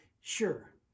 Sure